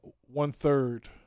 one-third